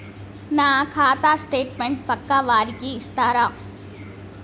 నా ఖాతా స్టేట్మెంట్ పక్కా వారికి ఇస్తరా?